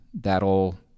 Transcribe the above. that'll